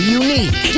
unique